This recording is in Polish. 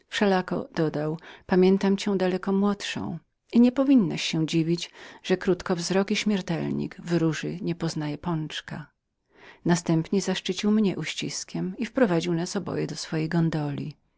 wszelako dodał pamiętam cię daleko młodszą i nie powinnaś się dziwić że krótkowzroki śmiertelnik w róży nie poznaje pączka następnie uczynił mi zaszczyt uściskania mnie i wprowadził nas oboje do swojej gondoli